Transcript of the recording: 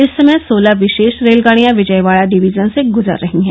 इस समय सोलह विशेष रेलगाडियां विजयवाडा डिविजन से गुजर रही हैं